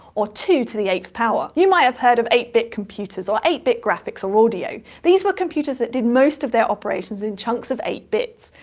or two to the eighth power. you might have heard of eight bit computers, or eight bit graphics or audio. these were computers that did most of their operations in chunks of eight bits.